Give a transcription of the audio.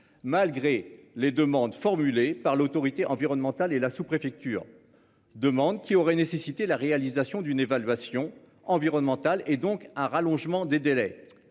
Malgré les demandes formulées par l'autorité environnementale et la sous-préfecture demande qui aurait nécessité la réalisation d'une évaluation environnementale et donc un rallongement des délais.